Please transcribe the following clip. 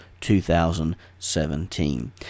2017